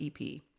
ep